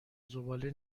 زباله